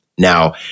Now